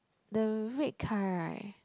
the red car right